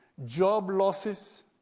job losses,